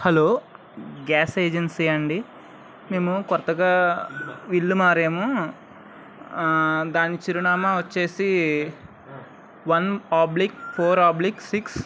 hello gas agency అండి మేము కొత్తగా ఇల్లు మారాము దాని చిరునామా వచ్చి one oblique four oblique six